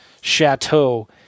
chateau